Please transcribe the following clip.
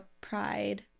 pride